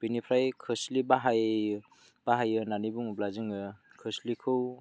बेनिफ्राय खोस्लि बाहायो होननानै बुङोब्ला जोङो खोस्लिखौ